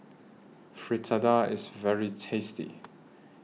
Fritada IS very tasty